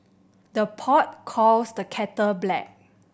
the pot calls the kettle black